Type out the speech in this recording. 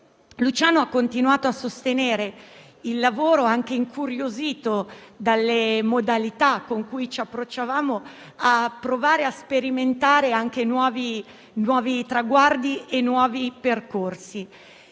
Luciano ha continuato a sostenere il lavoro anche incuriosito dalle modalità con cui ci approcciavamo a provare a sperimentare anche nuovi traguardi e percorsi.